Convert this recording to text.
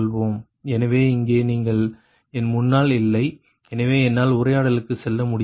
எனவே இங்கே நீங்கள் என் முன்னாள் இல்லை எனவே என்னால் உரையாடலுக்கு செல்ல முடியாது